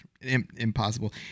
impossible